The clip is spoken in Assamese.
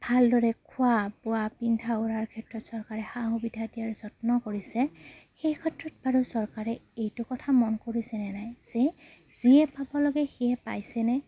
ভালদৰে খোৱা বোৱা পিন্ধা উৰাৰ ক্ষেত্ৰত চৰকাৰে সা সুবিধা দিয়াৰ যত্ন কৰিছে সেই ক্ষেত্ৰত বাৰু চৰকাৰে এইটো কথা মন কৰিছেনে নাই যে যিয়ে পাব লাগে সিয়ে পাইছেনে